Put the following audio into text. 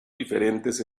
diferentes